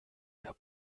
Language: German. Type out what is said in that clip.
der